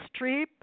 Streep